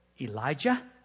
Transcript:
Elijah